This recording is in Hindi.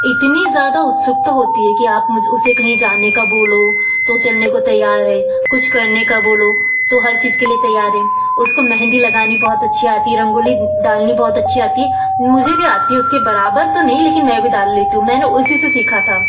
इतनी ज़्यादा उत्सुकता होती है कि आप मुझे उसे कहीं जाने का बोलो तो चलने को तैयार है कुछ करने का बोलो तो हर चीज़ के लिए तैयार है उसको मेहंदी लगानी बहुत अच्छी आती है रंगोली डालनी बहुत अच्छी आती है मुझे भी आती है उसके बराबर तो नही लेकिन मैं भी डाल लेती हूँ मैंने उसी से सीखा था